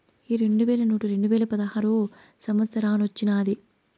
ఈ రెండు వేల నోటు రెండువేల పదహారో సంవత్సరానొచ్చినాది